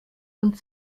und